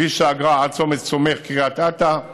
כביש האגרה, עד צומת סומך, קריית אתא.